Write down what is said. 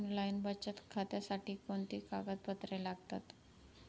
Online बचत खात्यासाठी कोणती कागदपत्रे लागतात?